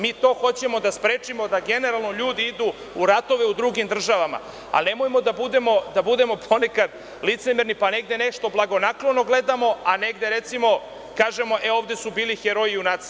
Mi to hoćemo da sprečimo, da generalno ljudi idu u ratove u drugim državama, ali nemojmo da budemo ponekad licemerni, pa negde nešto blagonaklono gledamo, a negde recimo kažemo – e ovde su bili heroji, junaci.